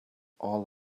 all